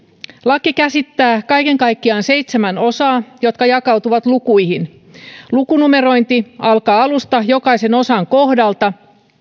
laki käsittää kaiken kaikkiaan seitsemän osaa jotka jakautuvat lukuihin lukunumerointi alkaa alusta jokaisen osan kohdalta